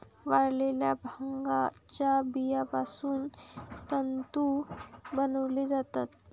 वाळलेल्या भांगाच्या बियापासून तंतू बनवले जातात